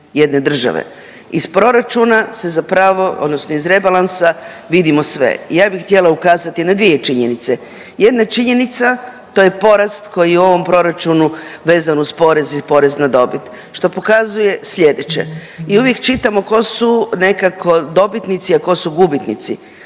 Iz proračuna se zapravo odnosno iz rebalansa vidimo sve, ja bih htjela ukazati na dvije činjenice, jedna činjenica, to je porast koji je u ovom proračunu vezan uz porez i PDV, što pokazuje sljedeće u uvijek čitamo tko su nekako dobitnici, a tko su gubitnici.